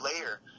layer